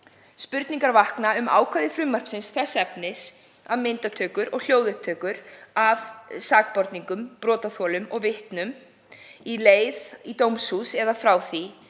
Spurningar vakna um ákvæði frumvarpsins þess efnis að myndatökur og hljóðupptökur af sakborningum, brotaþolum eða vitnum á leið í dómshús eða frá því